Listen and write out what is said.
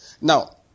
Now